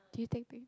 do you think